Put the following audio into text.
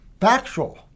Factual